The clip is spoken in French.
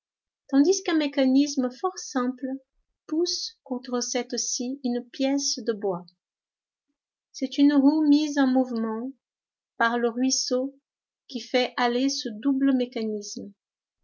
tandis qu'un mécanisme fort simple pousse contre cette scie une pièce de bois c'est une roue mise en mouvement par le ruisseau qui fait aller ce double mécanisme